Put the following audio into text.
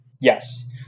Yes